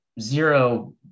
zero